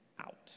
out